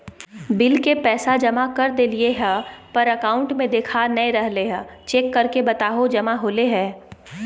Bill के पैसा जमा कर देलियाय है पर अकाउंट में देखा नय रहले है, चेक करके बताहो जमा होले है?